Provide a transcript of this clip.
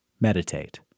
Meditate